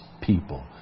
people